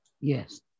Yes